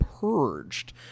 purged